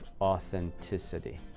authenticity